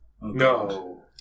No